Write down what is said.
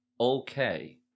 okay